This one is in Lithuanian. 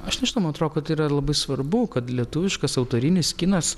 aš nežinau man atrodo kad yra labai svarbu kad lietuviškas autorinis kinas